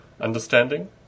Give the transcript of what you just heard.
understanding